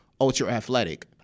ultra-athletic